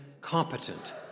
competent